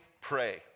pray